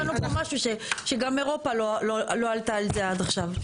מצאנו פה משהו שגם אירופה לא עלתה על זה עד עכשיו.